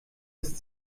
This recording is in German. ist